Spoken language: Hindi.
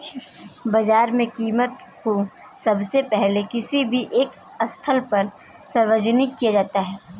बाजार में कीमत को सबसे पहले किसी भी एक स्थल पर सार्वजनिक किया जाता है